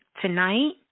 tonight